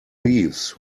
thieves